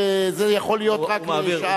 וזה יכול להיות רק לשעה.